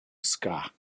ska